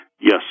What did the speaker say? Yes